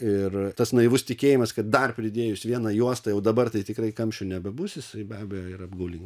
ir tas naivus tikėjimas kad dar pridėjus vieną juostą jau dabar tai tikrai kamščių nebebus jisai be abejo yra apgaulingas